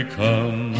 come